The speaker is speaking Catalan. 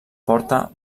porta